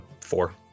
four